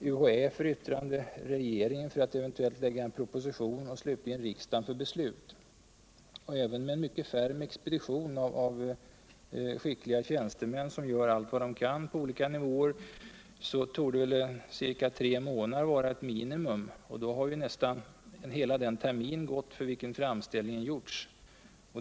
UHÄ för vtiurande, regeringen för eventuell propositionsskrivning och slutligen riksdagen för beslut. Även med färm expediuon av skickliga tjänstemän på alla nivåer så torde ca tre månader vara ett minimum. Då har nästan hela den terminen gåu för vilken framställningen gjorts.